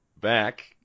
back